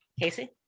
Casey